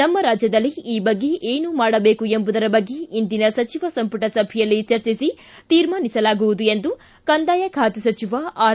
ನಮ್ಮ ರಾಜ್ಯದಲ್ಲಿ ಈ ಬಗ್ಗೆ ಏನು ಮಾಡಬೇಕು ಎಂಬುದರ ಬಗ್ಗೆ ಇಂದಿನ ಸಚಿವ ಸಂಪುಟ ಸಭೆಯಲ್ಲಿ ಚರ್ಚಿಸಿ ತೀರ್ಮಾನಿಸಲಾಗುವುದು ಎಂದು ಕಂದಾಯ ಖಾತೆ ಸಚಿವ ಆರ್